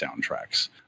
soundtracks